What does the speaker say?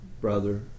brother